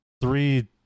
three